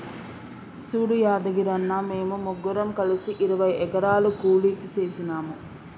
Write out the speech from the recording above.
సూడు యాదగిరన్న, మేము ముగ్గురం కలిసి ఇరవై ఎకరాలు కూలికి సేసినాము